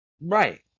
Right